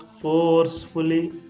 forcefully